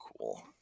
cool